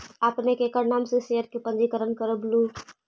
आपने केकर नाम से शेयर का पंजीकरण करवलू